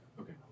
Okay